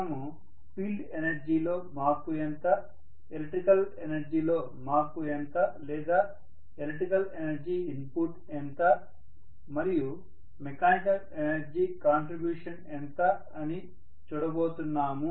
మనము field energy లో మార్పు ఎంత ఎలక్ట్రికల్ ఎనర్జీ లో మార్పు ఎంత లేదా ఎలక్ట్రికల్ ఎనర్జీ ఇన్పుట్ ఎంత మరియు మెకానికల్ ఎనర్జీ కాంట్రిబ్యూషన్ ఎంత అని చూడబోతున్నాము